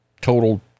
total